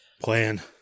Plan